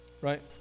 Right